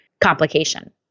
complication